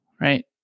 right